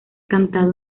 cantado